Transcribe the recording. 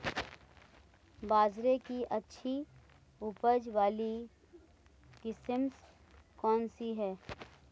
बाजरे की अच्छी उपज वाली किस्म कौनसी है?